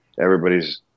everybody's